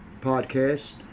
podcast